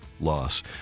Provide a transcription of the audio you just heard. loss